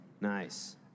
Nice